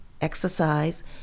exercise